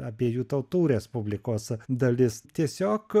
abiejų tautų respublikos dalis tiesiog